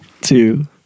two